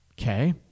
okay